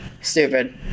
Stupid